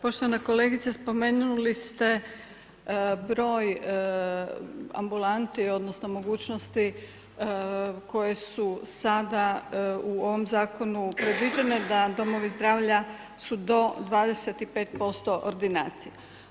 Poštovana kolegice, spomenuli ste broj ambulanti odnosno mogućnosti koje su sada u ovom zakonu predviđene da domovi zdravlja su do 25% ordinacije.